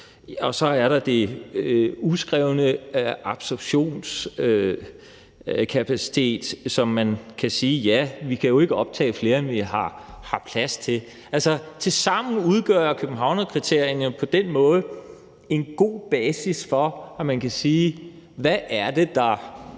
Og så er der det uskrevne om absorptionskapacitet, hvor man kan sige, at vi jo ikke kan optage flere, end vi har plads til. Tilsammen udgør Københavnskriterierne på den måde en god basis for, at man kan sige, hvad det er, der